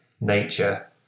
nature